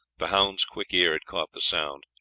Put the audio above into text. the hound's quick ear had caught the sound,